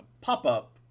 pop-up